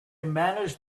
managed